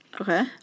Okay